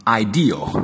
ideal